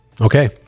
Okay